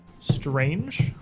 strange